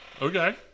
Okay